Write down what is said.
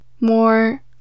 more